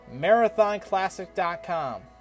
MarathonClassic.com